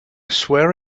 swear